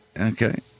okay